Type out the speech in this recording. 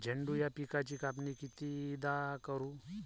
झेंडू या पिकाची कापनी कितीदा करू?